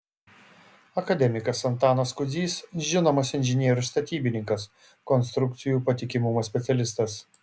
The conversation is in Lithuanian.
akademikas antanas kudzys žinomas inžinierius statybininkas konstrukcijų patikimumo specialistas